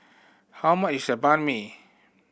how much is the Banh Mi